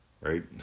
Right